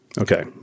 Okay